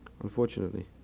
unfortunately